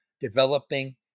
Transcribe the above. developing